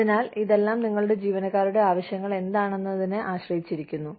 അതിനാൽ ഇതെല്ലാം നിങ്ങളുടെ ജീവനക്കാരുടെ ആവശ്യങ്ങൾ എന്താണെന്നതിനെ ആശ്രയിച്ചിരിക്കുന്നു